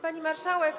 Pani Marszałek!